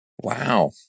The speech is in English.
Wow